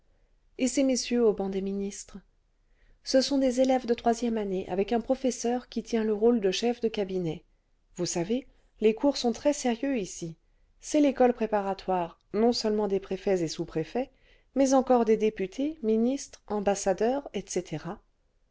et ces messieurs au banc des ministres ce sont des élèves de troisième année avec un professeur qui tient le rôle de chef de cabinet vous savez les cours sont très sérieux ici c'est l'école préparatoire non seulement des préfets et sous préfets mais encore des députés ministres ambassadeurs etc